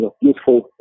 useful